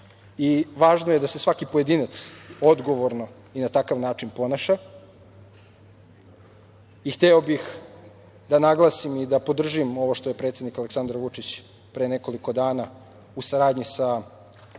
i važno je da se svaki pojedinac odgovorno i na takav način ponaša. Hteo bih da naglasim i da podržim ovo što je predsednik Aleksandar Vučić pre nekoliko dana, u saradnji sa